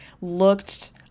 looked